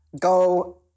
Go